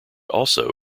also